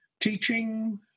teaching